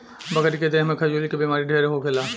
बकरी के देह में खजुली के बेमारी ढेर होखेला